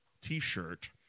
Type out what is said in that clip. t-shirt